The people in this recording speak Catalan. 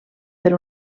per